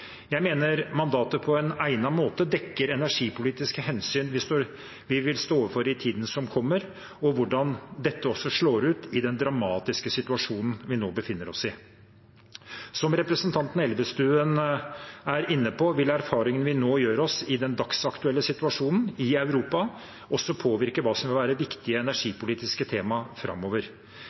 Jeg mener mandatet på en egnet måte dekker energipolitiske hensyn vi vil stå overfor i tiden som kommer, og hvordan dette slår ut i den dramatiske situasjonen vi nå befinner oss i. Som representanten Elvestuen er inne på, vil erfaringen vi nå gjør oss i den dagsaktuelle situasjonen i Europa, også påvirke hva som vil være viktige energipolitiske tema framover.